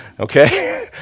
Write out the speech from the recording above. okay